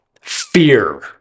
fear